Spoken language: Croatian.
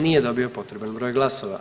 Nije dobio potreban broj glasova.